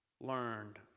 learned